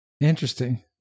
Interesting